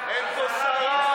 אין פה שרה,